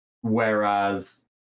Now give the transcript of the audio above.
whereas